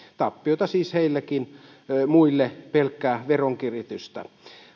tappiota siis heillekin ja muille pelkkää veronkiristystä